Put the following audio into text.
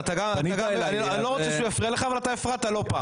אני לא רוצה שהוא יפריע לך אבל אתה הפרעת לו.